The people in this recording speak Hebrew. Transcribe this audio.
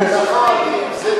כבר, ימות המשיח הגיעו.